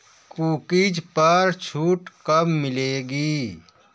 cookies पर छूट कब मिलेगी